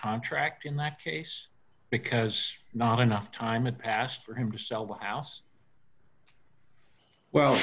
contract in that case because not enough time it passed for him to sell the house well